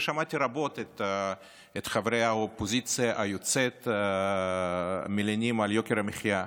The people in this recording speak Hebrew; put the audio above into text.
ושמעתי רבות את חברי האופוזיציה היוצאת מלינים על יוקר המחיה,